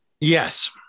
Yes